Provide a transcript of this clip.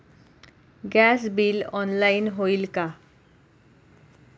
Gas bill online होईल का?